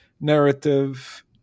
narrative